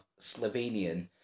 Slovenian